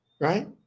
right